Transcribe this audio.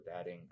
adding